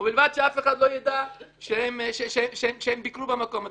ובלבד שאף אחד לא ידע שהם ביקרו במקום הזה.